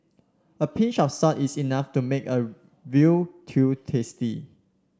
a pinch of salt is enough to make a veal stew tasty